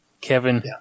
Kevin